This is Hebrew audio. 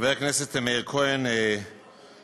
חבר הכנסת מאיר כהן מציע,